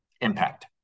impact